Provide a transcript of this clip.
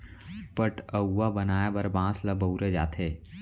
पठअउवा बनाए बर बांस ल बउरे जाथे